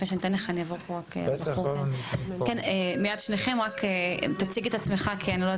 בבקשה, תציג את עצמך.